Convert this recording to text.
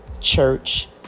church